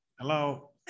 Hello